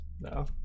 no